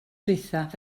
ddiwethaf